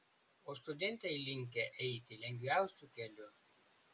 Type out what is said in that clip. o studentai linkę eiti lengviausiu keliu